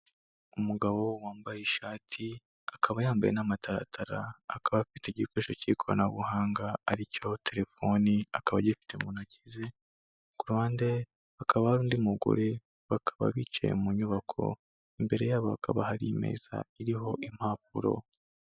Umugabo wambaye ishati, akaba yambaye n'amataratara, akaba afite igikoresho cy'ikoranabuhanga ari cyo telefoni, akaba agifite mu ntoki ze, ku ruhande hakaba hari undi mugore, bakaba bicaye mu nyubako, imbere yabo hakaba hari imeza iriho impapuro.